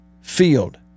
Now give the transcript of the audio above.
Field